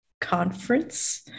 Conference